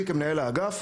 לי כמנהל האגף,